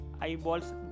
eyeballs